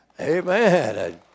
Amen